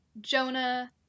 Jonah